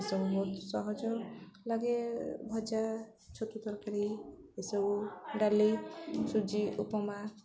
ଏସବୁ ବହୁତ ସହଜ ଲାଗେ ଭଜା ଛତୁ ତରକାରୀ ଏସବୁ ଡାଲି ସୁଜି ଉପମା